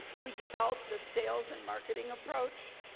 we developed the sales and marketing approach,